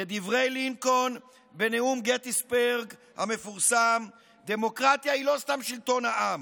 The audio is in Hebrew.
כדברי לינקולן בנאום גטיסברג המפורסם: דמוקרטיה היא לא סתם שלטון העם,